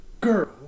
girl